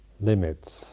limits